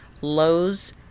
Lowe's